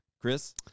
Chris